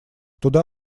туда